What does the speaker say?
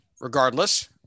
regardless